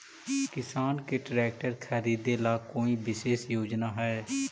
किसान के ट्रैक्टर खरीदे ला कोई विशेष योजना हई?